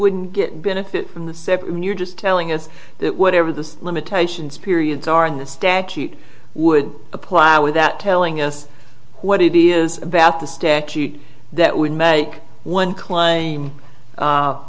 wouldn't benefit from this when you're just telling us that whatever the limitations periods are in the statute would apply without telling us what it is about the sticky that would make one claim